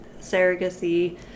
surrogacy